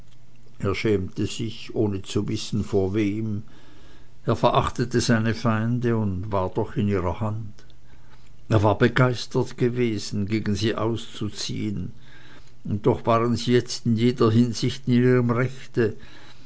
er schämte sich ohne zu wissen vor wem er verachtete seine feinde und war doch in ihrer hand er war begeistert gewesen gegen sie auszuziehen und doch waren sie jetzt in jeder hinsicht in ihrem rechte